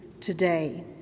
today